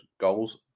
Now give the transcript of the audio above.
goals